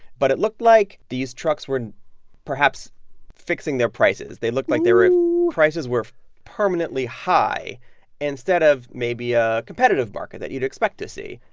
but it looked like these trucks were perhaps fixing their prices. they looked like they were. oh prices were permanently high instead of maybe a competitive market that you'd expect to see.